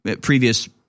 previous